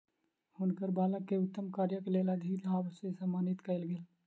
हुनकर बालक के उत्तम कार्यक लेल अधिलाभ से सम्मानित कयल गेल